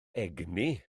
egni